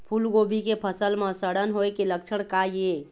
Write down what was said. फूलगोभी के फसल म सड़न होय के लक्षण का ये?